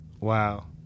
Wow